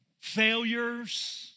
failures